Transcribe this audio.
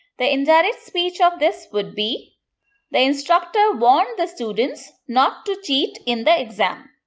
the indirect speech of this would be the instructor warned the students not to cheat in the exam.